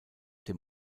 dem